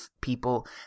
people